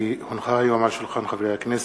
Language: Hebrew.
כי הונחו היום על שולחן הכנסת,